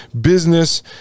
Business